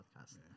podcast